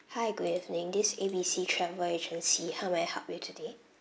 hi good evening this is A B C travel agency how may I help you today